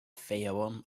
fayoum